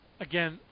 again